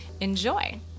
Enjoy